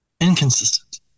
Inconsistent